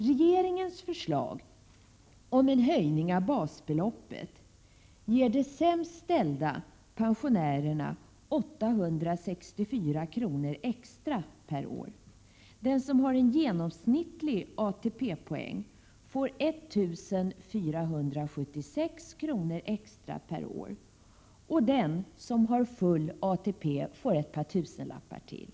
Regeringens förslag om en höjning av basbeloppet ger de sämst ställda pensionärerna 864 kr. extra per år. Den som har genomsnittlig ATP-poäng får 1 476 kr. extra per år och den som har full ATP får ett par tusenlappar till.